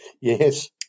Yes